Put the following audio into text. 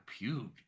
puked